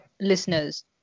listeners